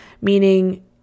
Meaning